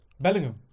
Bellingham